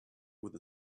with